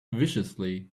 viciously